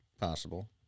Possible